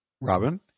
Robin